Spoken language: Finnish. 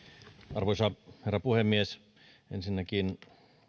arvoisa herra puhemies ensinnäkin